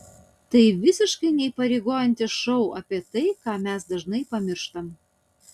tai visiškai neįpareigojantis šou apie tai ką mes dažnai pamirštam